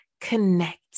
connect